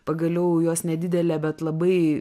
pagaliau juos nedidelė bet labai